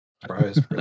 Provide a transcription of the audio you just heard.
Surprise